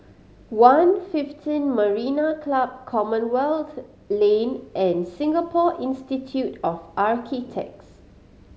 One Fifteen Marina Club Commonwealth Lane and Singapore Institute of Architects